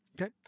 okay